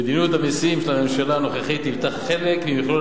מדיניות המסים של הממשלה הנוכחית היתה חלק ממכלול